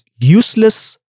useless